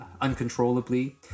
uncontrollably